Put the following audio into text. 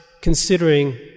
considering